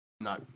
No